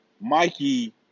Mikey